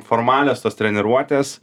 formalios tos treniruotės